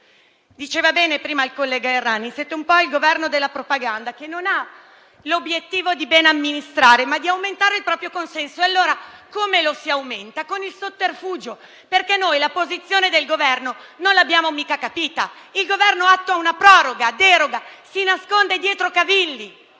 Diceva bene prima il collega Errani: siete un po' il Governo della propaganda, che non ha l'obiettivo di bene amministrare, ma di aumentare il proprio consenso. Allora, come lo si aumenta? Lo si aumenta con il sotterfugio, perché la posizione del Governo non l'abbiamo certo capita. Il Governo attua una proroga, poi una deroga, si nasconde dietro cavilli,